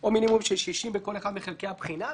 או למינימום של 60 בכל אחד מחלקי הבחינה.